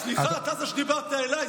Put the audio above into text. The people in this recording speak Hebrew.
סליחה, אתה זה שדיברת אליי.